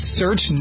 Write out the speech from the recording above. search